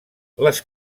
les